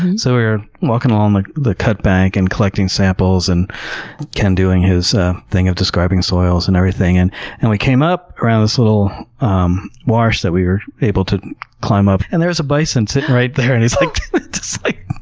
so, we were walking along like the cut bank and collecting samples and ken, doing his thing of describing soils and everything. and and we came up on this little um marsh that we were able to climb up, and there was a bison sitting right there, and it's like, like